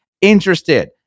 interested